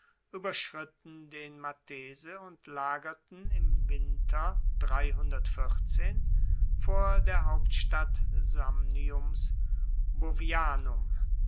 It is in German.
ueberschritten den matese und lagerten im winter vor der hauptstadt